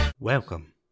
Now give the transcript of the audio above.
Welcome